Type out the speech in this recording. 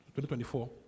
2024